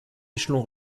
échelon